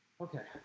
Okay